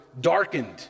darkened